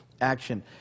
action